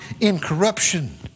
incorruption